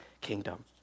Kingdom